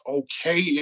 okay